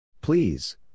Please